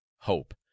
hope